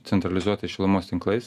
centralizuotais šilumos tinklais